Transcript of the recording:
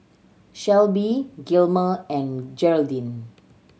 Shelbie Gilmer and Geraldine